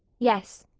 yes.